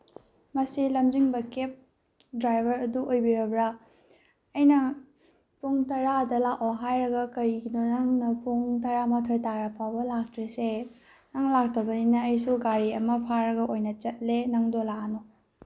ꯃꯁꯤ ꯂꯝꯖꯤꯡꯕ cab driver ꯑꯗꯨ ꯑꯣꯏꯕꯤꯔꯕ꯭ꯔꯥ ꯑꯩꯅ ꯄꯨꯡ ꯇꯔꯥꯗ ꯂꯥꯛꯑꯣ ꯍꯥꯏꯔꯒ ꯀꯔꯤꯒꯤꯅꯣ ꯅꯪꯅ ꯄꯨꯡ ꯇꯔꯥꯃꯥꯊꯣꯏ ꯇꯥꯔꯐꯥꯎꯕ ꯂꯥꯛꯇ꯭ꯔꯤꯁꯦ ꯅꯪ ꯂꯥꯛꯇꯕꯅꯤꯅ ꯑꯩꯁꯨ ꯒꯥꯔꯤ ꯑꯃ ꯐꯥꯔꯒ ꯑꯣꯏꯅ ꯆꯠꯂꯦ ꯅꯪꯗꯣ ꯂꯥꯛꯑꯅꯨ